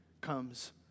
comes